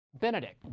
Benedict